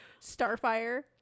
Starfire